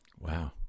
Wow